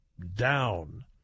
down